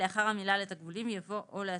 לאחר המילה "לתגמולים" יבוא "או להטבות".